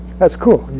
that's cool.